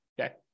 Okay